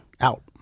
out